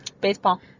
Baseball